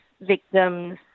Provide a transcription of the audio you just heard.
victims